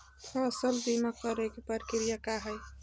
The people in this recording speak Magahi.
फसल बीमा करे के प्रक्रिया का हई?